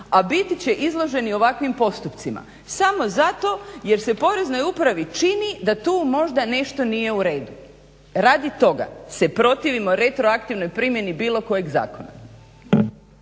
a biti će izloženi ovakvim postupcima samo zato jer se Poreznoj upravi čini da tu možda nešto nije u redu. Radi toga se protivimo retroaktivnoj primjeni bilo kojeg zakona.